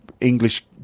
English